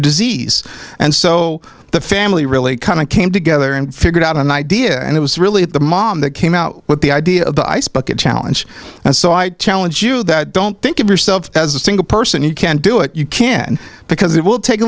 disease and so the family really kind of came together and figured out an idea and it was really the mom that came out with the idea of the ice bucket challenge and so i challenge you that don't think of yourself as a single person you can do it you can because it will take a